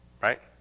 Right